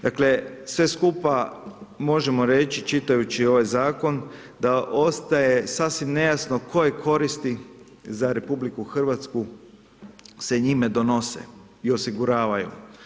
Dakle, sve skupa možemo reći čitajući ovaj zakon da ostaje sasvim nejasno koje koristi za RH se njime donose i osiguravaju.